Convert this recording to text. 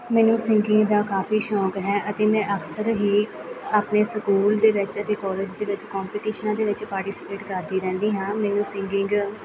ਮੈਨੂੰ ਸਿੰਗਿੰਗ ਦਾ ਕਾਫ਼ੀ ਸ਼ੌਂਕ ਹੈ ਅਤੇ ਮੈਂ ਅਕਸਰ ਹੀ ਆਪਣੇ ਸਕੂਲ ਦੇ ਵਿੱਚ ਅਤੇ ਕਾਲਜ ਦੇ ਵਿੱਚ ਕੰਪਟੀਸ਼ਨਾਂ ਦੇ ਵਿੱਚ ਪਾਰਟੀਸੀਪੇਟ ਕਰਦੀ ਰਹਿੰਦੀ ਹਾਂ ਮੈਨੂੰ ਸਿੰਗਿੰਗ